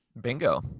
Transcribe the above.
Bingo